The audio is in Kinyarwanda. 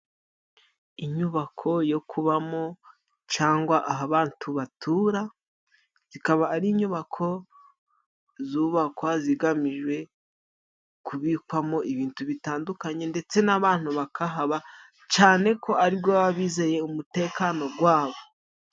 Inyubako yo kubamo cangwa aho abantu batura, zikaba ari inyubako zubakwa zigamijwe kubikwamo ibintu bitandukanye ndetse n'abantu bakahaba cane ko ari bwo baba bizeye umutekano gwabo.